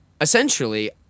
essentially